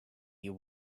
you